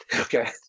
Okay